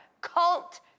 cult